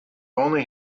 only